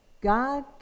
God